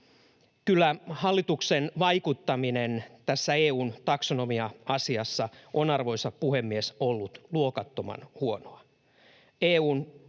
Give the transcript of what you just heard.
Kyllä hallituksen vaikuttaminen tässä EU:n taksonomia-asiassa on, arvoisa puhemies, ollut luokattoman huonoa.